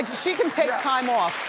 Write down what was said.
she can take time off